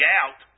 out